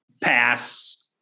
Pass